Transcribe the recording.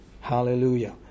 Hallelujah